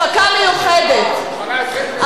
הפקה מיוחדת,